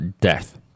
death